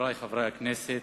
חברי חברי הכנסת,